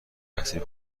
رفتیم